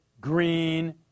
green